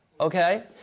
okay